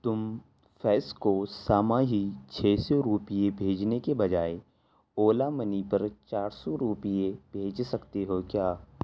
تم فیض کو ساماہی چھ سو روپئے بھیجنے کے بجائے اولا منی پر چار سو روپئے بھیج سکتے ہو کیا